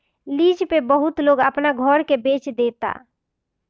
lease पे बहुत लोग अपना घर के बेच देता